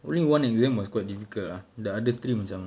only one exam was quite difficult uh the other three macam